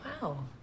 Wow